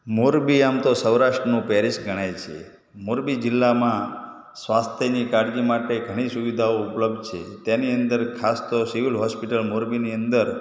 મોરબી આમ તો સૌરાષ્ટ્રનું પૅરિસ ગણાય છે મોરબી જિલ્લામાં સ્વાસ્થ્યની કાળજી માટે ઘણી સુવિધાઓ ઉપલબ્ધ છે તેની અંદર ખાસ તો સિવિલ હૉસ્પિટલ મોરબીની અંદર